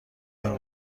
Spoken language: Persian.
این